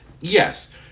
Yes